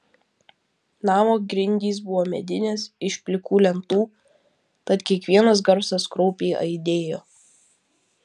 namo grindys buvo medinės iš plikų lentų tad kiekvienas garsas kraupiai aidėjo